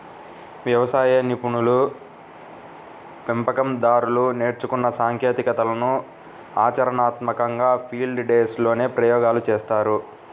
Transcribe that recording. వ్యవసాయ నిపుణులు, పెంపకం దారులు నేర్చుకున్న సాంకేతికతలను ఆచరణాత్మకంగా ఫీల్డ్ డేస్ లోనే ప్రయోగాలు చేస్తారు